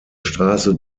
straße